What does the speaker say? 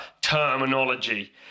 terminology